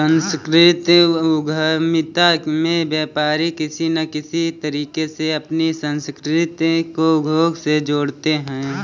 सांस्कृतिक उद्यमिता में व्यापारी किसी न किसी तरीके से अपनी संस्कृति को उद्योग से जोड़ते हैं